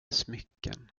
smycken